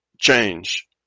change